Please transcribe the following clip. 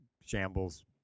shambles